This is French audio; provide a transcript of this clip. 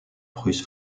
prusse